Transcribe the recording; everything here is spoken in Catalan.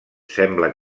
sembla